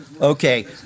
okay